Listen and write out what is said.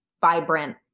vibrant